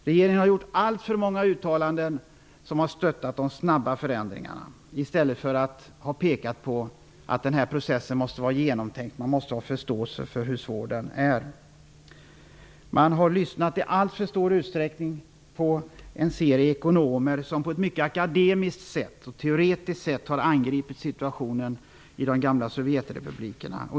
Regeringen har gjort alltför många uttalanden som har stöttat de snabba förändringarna i stället för att peka på att processen måste vara genomtänkt och att man måste ha förståelse för hur svår den är. Man har i alltför stor utsträckning lyssnat på en rad ekonomer som på ett mycket akademiskt och teoretiskt sätt har angripit situationen i de gamla sovjetrepublikerna.